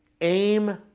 aim